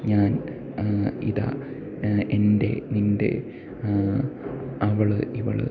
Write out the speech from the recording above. ഞാൻ ഇതാ എൻ്റെ നിൻ്റെ അവൾ ഇവൾ